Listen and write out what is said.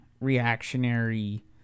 reactionary